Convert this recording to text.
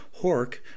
hork